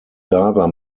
diver